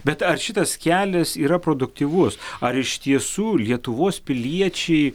bet ar šitas kelias yra produktyvus ar iš tiesų lietuvos piliečiai